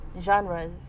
genres